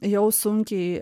jau sunkiai